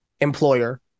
employer